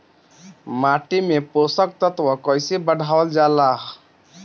माटी में पोषक तत्व कईसे बढ़ावल जाला ह?